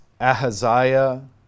Ahaziah